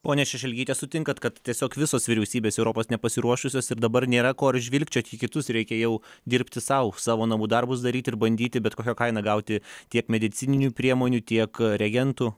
ponia šešelgyte sutinkat kad tiesiog visos vyriausybės europos nepasiruošusios ir dabar nėra ko žvilgčiot į kitus reikia jau dirbti sau savo namų darbus daryti ir bandyti bet kokia kaina gauti tiek medicininių priemonių tiek reagentų